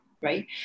Right